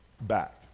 back